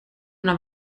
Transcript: una